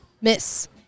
Miss